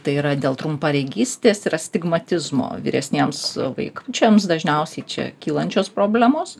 tai yra dėl trumparegystės ir astigmatizmo vyresniems vaikučiams dažniausiai čia kylančios problemos